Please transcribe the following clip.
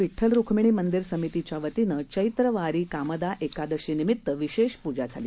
विड्ठल रूक्मिणी मंदिर समितीच्या वतीने चैत्री वारी कामदा एकादशी निमित्त विशेष पूजा झाली